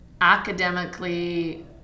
academically